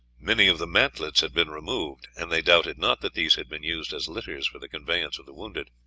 many of the mantlets had been removed, and they doubted not that these had been used as litters for the conveyance of the wounded.